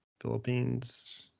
Philippines